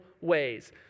ways